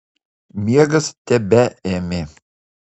miegas tebeėmė